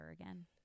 again